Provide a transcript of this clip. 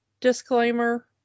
disclaimer